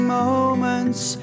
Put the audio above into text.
moments